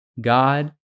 God